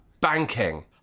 banking